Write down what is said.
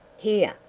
here,